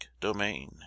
domain